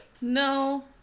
No